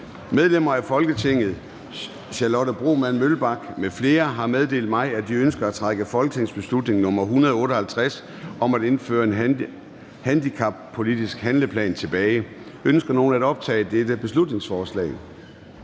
Medlemmer af Folketinget Charlotte Broman Mølbæk (SF) m.fl. har meddelt mig, at de ønsker at trække folketingsbeslutning nr. B 158 om at indføre en handicappolitisk handleplan tilbage. Ønsker nogen at optage dette beslutningsforslag?